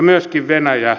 myöskin venäjä